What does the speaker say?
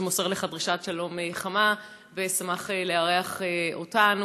שמוסר לך דרישת שלום חמה ושמח לארח אותנו.